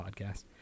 podcast